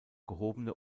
gehobene